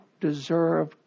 deserve